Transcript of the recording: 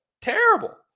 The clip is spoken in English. terrible